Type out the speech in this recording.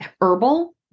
herbal